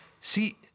see